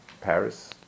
Paris